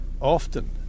often